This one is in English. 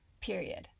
period